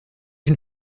une